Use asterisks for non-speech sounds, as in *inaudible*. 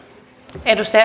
arvoisa *unintelligible*